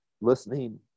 listening